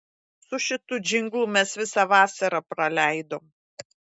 su šitu džinglu mes visą vasarą praleidom